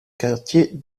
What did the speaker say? quartier